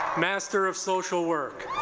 master of social work